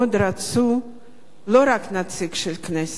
מאוד רצו לא רק נציג של הכנסת,